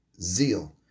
zeal